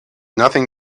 nothing